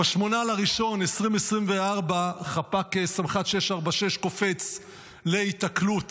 ב-8 בינואר 2024 חפ"ק סמח"ט 646 קופץ להיתקלות